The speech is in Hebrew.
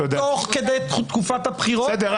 תוך כדי תקופת הבחירות -- בסדר.